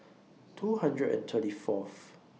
two hundred and thirty Fourth